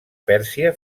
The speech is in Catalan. pèrsia